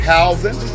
Housing